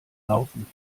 laufen